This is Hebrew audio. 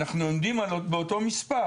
אנחנו עומדים על אותו מספר,